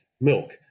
milk